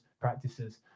practices